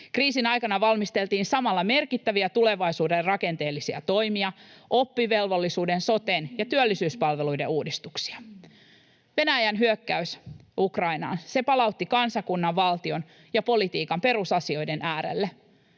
Kriisin aikana valmisteltiin samalla merkittäviä tulevaisuuden rakenteellisia toimia: oppivelvollisuuden, soten ja työllisyyspalveluiden uudistuksia. Venäjän hyökkäys Ukrainaan, se palautti kansakunnan, valtion ja politiikan perusasioiden äärelle.